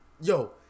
yo